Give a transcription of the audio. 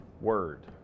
word